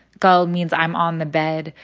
go means i'm on the bed,